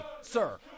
sir